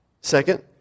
Second